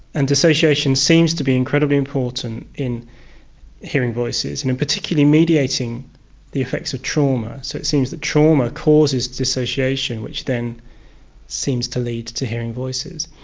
and dissociation seems to be incredibly important in hearing voices and particularly mediating the effects of trauma, so it seems that trauma causes dissociation, which then seems to lead to hearing voices.